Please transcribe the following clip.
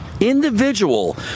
individual